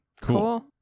cool